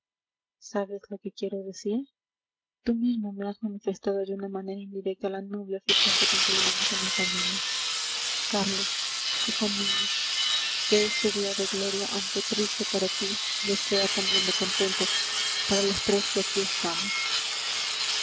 sabes lo que quiero decir tú mismo me has manifestado de una manera indirecta la noble afición que te inclina hacia mi familia carlos hijo mío que este día de gloria aunque triste para ti lo sea también de contento para los tres que aquí estamos